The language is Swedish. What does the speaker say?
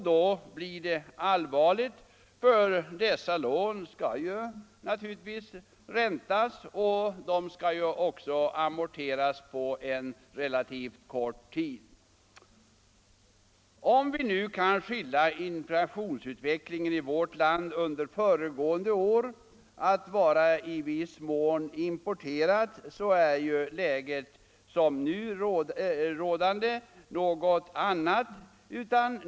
Då blir det allvarligt, för man skall naturligtvis betala ränta på dessa lån, och de skall amorteras på relativt kort tid. Om vi kan skylla på att inflationsutvecklingen i vårt land under föregående år varit i viss mån importerad, så är det nuvarande läget annorlunda.